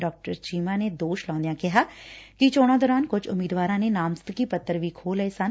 ਡਾ ਚੀਮਾ ਨੇ ਦੋਸ਼ ਲਾਉਂਦਿਆਂ ਕਿਹਾ ਕਿ ਚੋਣਾਂ ਦੌਰਾਨ ਕੁਝ ਉਮੀਦਵਾਰਾਂ ਦੇ ਨਾਮਜ਼ਦਗੀ ਪੱਤਰ ਹੀ ਖੋਹ ਲਏ ਗਏ ਸਨ